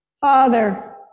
Father